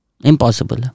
Impossible